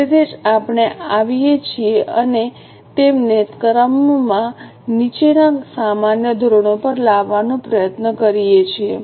તેથી જ આપણે આવીએ છીએ અને તેમને ક્રમમાં નીચે સામાન્ય ધોરણો પર લાવવાનું પ્રયત્ન કરીએ છીએ